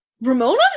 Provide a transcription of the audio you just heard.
Ramona